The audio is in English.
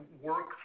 work